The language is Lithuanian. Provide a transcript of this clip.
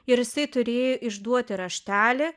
ir jisai turėjo išduoti raštelį